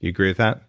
do you agree with that?